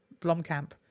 Blomkamp